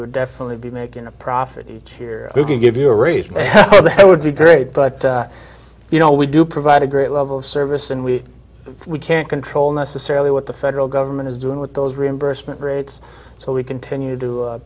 would definitely be making a profit each year we can give you a raise and that would be great but you know we do provide a great level of service and we can't control necessarily what the federal government is doing with those reimbursement rates so we continue to